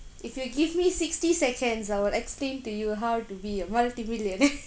if you give me sixty seconds I will explain to you how to be a multimillionaire